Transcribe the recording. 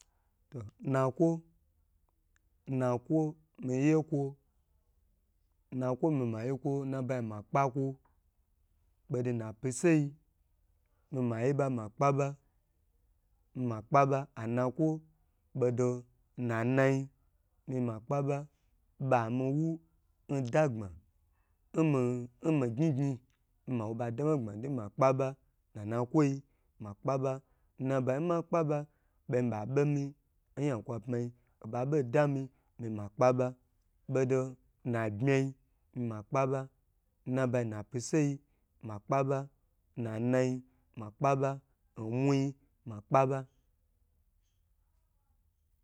To nakwo miye kwo nakwi mi ma yek wo nabayi ma kpakwo bodo napyiseyi mi ma ye ba ma kpa ba mi ma kpa pa ana kwo bodo nanayi mi ma kpa ba ba mi wu nda gbma nminmi gyin gyn nmawo ba da ma gbmo bo do na nakwoyi ma kpa ba nnabayi n ma kpa ba ban ba ba oyan kwa pmayi oba bo dami mi ma kpa ba bodo na bmayi nma kpa ba nnabayi napyi sege makpa ba na nayi ma kpa ba n muyi ma kpa ba